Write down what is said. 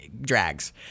Drags